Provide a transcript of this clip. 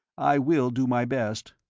i will do my best.